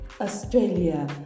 Australia